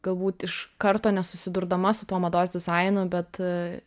galbūt iš karto nesusidurdama su tuo mados dizainu bet